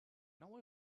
now